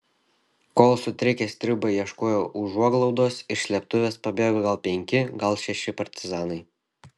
kol sutrikę stribai ieškojo užuoglaudos iš slėptuvės pabėgo gal penki gal šeši partizanai